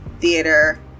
theater